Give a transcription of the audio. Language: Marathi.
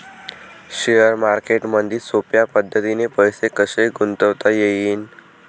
शेअर मार्केटमधी सोप्या पद्धतीने पैसे कसे गुंतवता येईन?